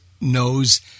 knows